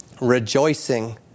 Rejoicing